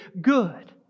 good